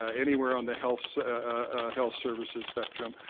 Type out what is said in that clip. anywhere on the health ah health services spectrum.